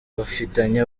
bafitanye